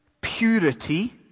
purity